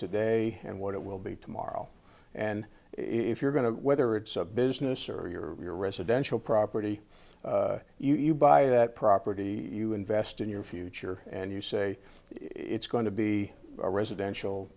today and what it will be tomorrow and if you're going to whether it's a business or your residential property you buy that property you invest in your future and you say it's going to be a residential